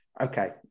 okay